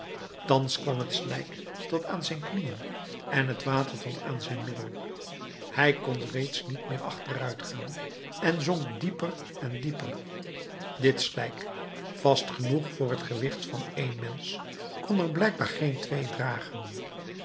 thans kwam het slijk tot aan zijn knieën en het water tot aan zijn middel hij kon reeds niet meer achteruit gaan en zonk dieper en dieper dit slijk vast genoeg voor t gewicht van één mensch kon er blijkbaar geen twee dragen